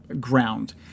ground